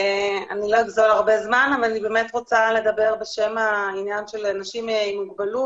אני רוצה לדבר בשם העניין של אנשים עם מוגבלות